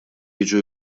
jiġu